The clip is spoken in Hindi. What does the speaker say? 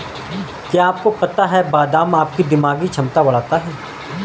क्या आपको पता है बादाम आपकी दिमागी क्षमता बढ़ाता है?